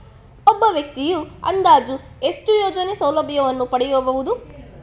ಒಬ್ಬ ವ್ಯಕ್ತಿಯು ಅಂದಾಜು ಎಷ್ಟು ಯೋಜನೆಯ ಸೌಲಭ್ಯವನ್ನು ಪಡೆಯಬಹುದು?